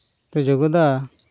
ᱡᱚᱜᱚᱫᱟ